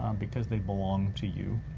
um because they belong to you.